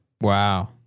Wow